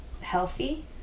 healthy